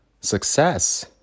Success